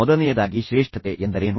ಮೊದಲನೆಯದಾಗಿ ಶ್ರೇಷ್ಠತೆ ಎಂದರೇನು